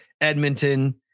Edmonton